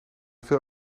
veel